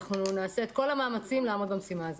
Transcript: נעשה את כל המאמצים לעמוד במשימה הזו.